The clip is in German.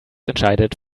entscheidet